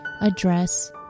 address